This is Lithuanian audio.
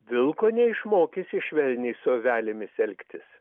vilko neišmokysi švelniai su avelėmis elgtis